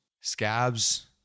scabs